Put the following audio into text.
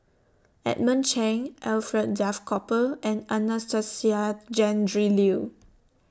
Edmund Cheng Alfred Duff Cooper and Anastasia Tjendri Liew